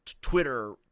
Twitter